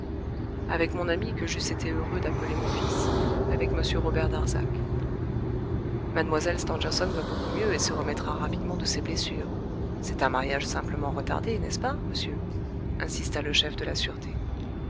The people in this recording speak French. avec mon ami que j'eusse été heureux d'appeler mon fils avec m robert darzac mlle stangerson va beaucoup mieux et se remettra rapidement de ses blessures c'est un mariage simplement retardé n'est-ce pas monsieur insista le chef de la sûreté